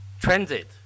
transit